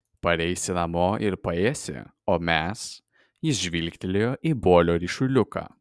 pareisi namo ir paėsi o mes jis žvilgtelėjo į bolio ryšuliuką